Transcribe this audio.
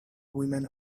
women